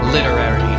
Literary